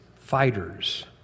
fighters